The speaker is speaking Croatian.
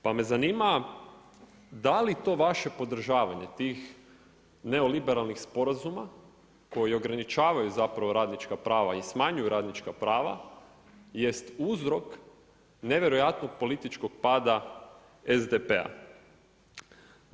Pa me zanima da li to vaše podržavanje tih neoliberalnih sporazuma koji ograničavaju zapravo radnička prava i smanjuju radnička prava jest uzrok nevjerojatnog političkog pada SDP-a?